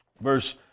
verse